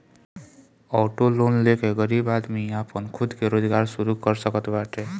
auto loan ले के गरीब आदमी आपन खुद के रोजगार शुरू कर सकत बाटे